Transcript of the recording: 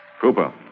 Cooper